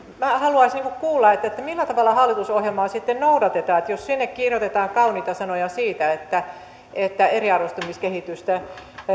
haluaisin kuulla millä tavalla hallitusohjelmaa sitten noudatetaan jos sinne kirjoitetaan kauniita sanoja siitä että että eriarvoistumiskehitystä